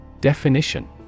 Definition